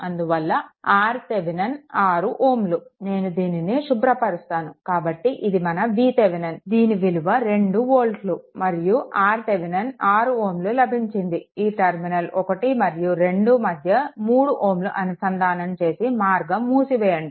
అందువల్ల RThevenin 6 Ω నేను దీనిని శుభ్రపరుస్తాను కాబట్టి ఇది మన VThevenin దీని విలువ 2 వోల్ట్లు మరియు RThevenin 6 Ω లభించింది ఈ టర్మినల్ 1 మరియు 2 మధ్య 3 Ω అనుసంధానం చేసి మార్గం మూసివేయండి